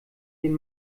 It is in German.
den